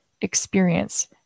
experience